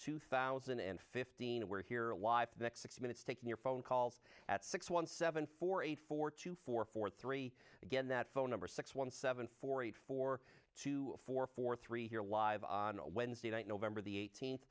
two thousand and fifteen we're here live for the next sixty minutes taking your phone calls at six one seven four eight four two four four three again that phone number six one seven four eight four two four four three here live on wednesday night november the eighteenth